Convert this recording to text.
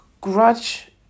grudge